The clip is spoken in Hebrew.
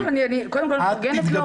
לא, קודם כל אני מפרגנת לו.